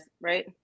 right